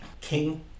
King